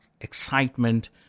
excitement